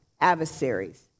adversaries